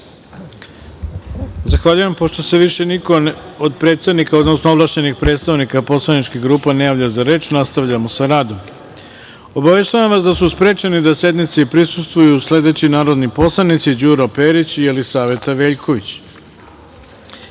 Zahvaljujem. Pošto se više niko od predsednika, odnosno ovlašćenih predstavnika poslaničkih grupa ne javlja za reč, nastavljamo sa radom. Obaveštavam vas da su sprečeni da sednici prisustvuju sledeći narodni poslanici: Đuro Perić i Jelisaveta